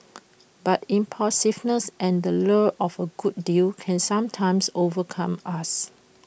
but impulsiveness and the lure of A good deal can sometimes overcome us